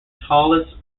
tallest